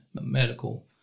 medical